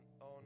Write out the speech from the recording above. on